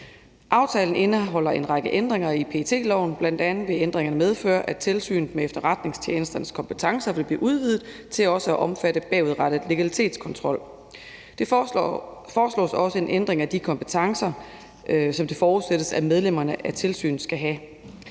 Aftalen indeholder en række ændringer i PET-loven. Bl.a. vil ændringerne medføre, at Tilsynet med Efterretningstjenesternes kompetencer vil blive udvidet til også at omfatte bagudrettet legalitetskontrol. Der foreslås også en ændring af de kompetencer, som det forudsættes, at medlemmerne af tilsynet skal have.